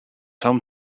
home